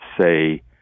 say